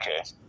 okay